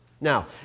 Now